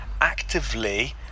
actively